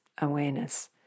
awareness